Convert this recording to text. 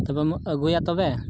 ᱛᱚᱵᱮᱢ ᱟᱹᱜᱩᱭᱟ ᱛᱚᱵᱮ